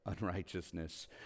unrighteousness